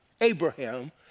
Abraham